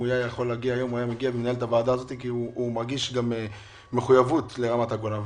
האחרון הוא עשור אבוד לרמת הגולן.